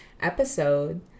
episode